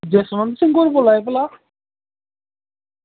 जसवंत सिंह होर बोल्ला दे भला